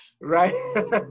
Right